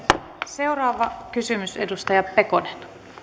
seuraava kysymys edustaja pekonen